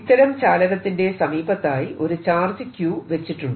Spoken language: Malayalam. ഇത്തരം ചാലകത്തിന്റെ സമീപത്തായി ഒരു ചാർജ് Q വെച്ചിട്ടുണ്ട്